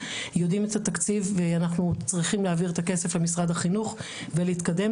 יודעים את התקציב ואנחנו צריכים להעביר את הכסף למשרד החינוך ולהתקדם.